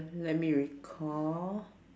let me recall